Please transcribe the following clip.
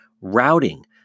routing